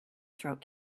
throat